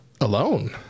alone